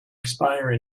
expire